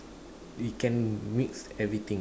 it can mix everything